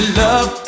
love